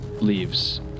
leaves